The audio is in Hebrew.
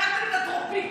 לקחת לי את הטרופית.